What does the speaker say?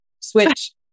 switch